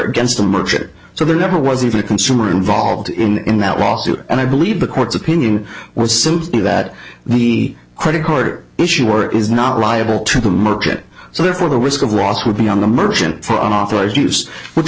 against the market so there never was even a consumer involved in that lawsuit and i believe the court's opinion was simply that the credit card issuer is not liable to the market so therefore the risk of loss would be on the merchant for an authorized use which